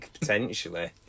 potentially